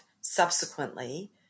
subsequently